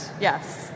yes